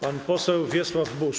Pan poseł Wiesław Buż.